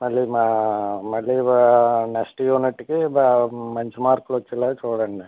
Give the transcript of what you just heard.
మళ్ళీ మా మళ్ళీ నెక్స్ట్ యూనిట్కి బాగా మంచి మార్కులు వచ్చేలాగా చూడండి